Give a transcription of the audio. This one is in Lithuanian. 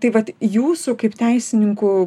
tai vat jūsų kaip teisininkų